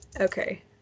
Okay